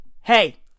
hey